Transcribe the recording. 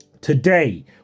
today